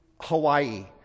Hawaii